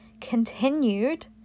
continued